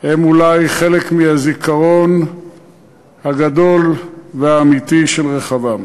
היא אולי חלק מהזיכרון הגדול והאמיתי של רחבעם.